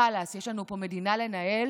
חלאס, יש לנו פה מדינה לנהל.